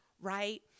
right